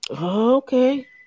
Okay